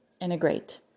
integrate